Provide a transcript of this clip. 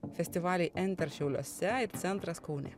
festivaliai enter šiauliuose ir centras kaune